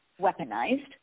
weaponized